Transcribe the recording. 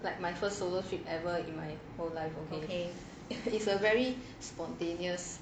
like my first solo trip ever in my whole life okay if is a very spontaneous